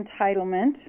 entitlement